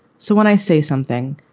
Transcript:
so when i say something,